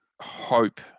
hope